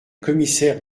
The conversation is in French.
commissaires